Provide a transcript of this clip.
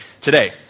today